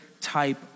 type